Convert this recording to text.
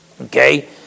Okay